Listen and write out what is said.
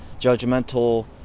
judgmental